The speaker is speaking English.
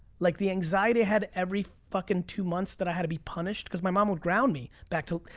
like the anxiety i had every fucking two months that i had to be punished, cause my mom would ground me. back to,